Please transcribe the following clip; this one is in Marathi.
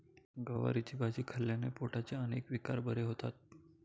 गवारीची भाजी खाल्ल्याने पोटाचे अनेक विकार बरे होतात